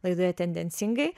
laidoje tendencingai